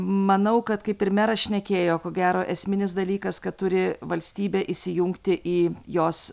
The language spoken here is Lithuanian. manau kad kaip ir meras šnekėjo ko gero esminis dalykas kad turi valstybė įsijungti į jos